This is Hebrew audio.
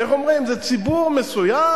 איך אומרים: זה ציבור מסוים,